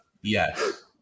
Yes